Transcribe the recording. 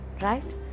right